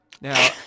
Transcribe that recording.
Now